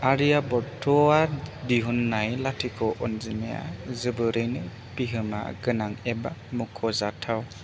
आर्यभत्त'या दिहुन्नाय लाथिख' अनजिमाया जोबोरैनो बिहोमा गोनां एबा मुख'जाथाव